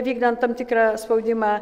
vykdant tam tikrą spaudimą